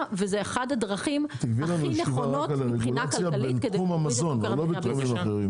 והורדה שלה היא אחת הדרכים המרכזיות להורדת יוקר המחייה.